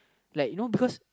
like you know because